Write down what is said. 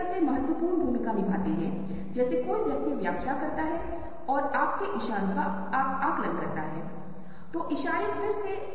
आइए हम एक पल रुकें और इस विशेष स्लाइड को देखें अगर मैं आपसे जल्दी पूछूं की आप मुझे देख रहे हैं और मैंने कौन सा कृत्रिम उपकरण पहना हुआ है